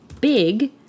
big